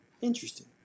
Interesting